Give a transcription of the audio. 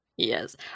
Yes